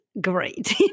great